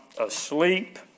asleep